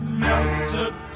melted